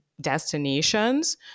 destinations